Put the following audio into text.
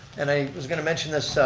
and i was going to mention this,